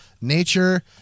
Nature